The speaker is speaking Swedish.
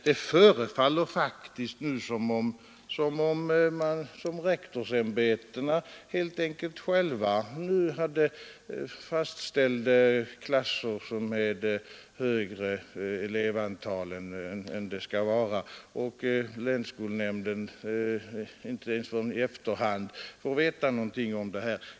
Det förefaller som om rektorsämbetena nu själva fastställde klasser med högre elevantal än det skall vara och som om länsskolnämnderna inte förrän i efterhand fick veta någonting om det.